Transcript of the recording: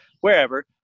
wherever